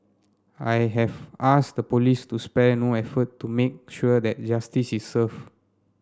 I have asked the police to spare no effort to make sure that justice is served